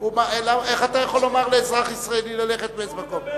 איך אתה יכול לומר לאזרח ישראלי ללכת לאיזה מקום?